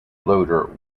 loder